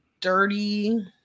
dirty